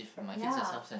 ya